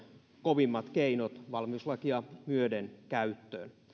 kovimmat keinot valmiuslakia myöden käyttöön